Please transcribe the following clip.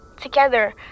Together